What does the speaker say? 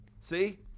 See